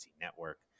Network